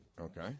Okay